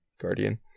Guardian